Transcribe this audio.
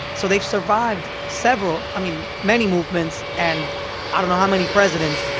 so they've survived several, i mean, many movements and i don't know how many presidents,